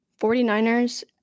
49ers